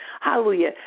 Hallelujah